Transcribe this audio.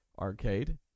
arcade